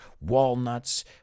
walnuts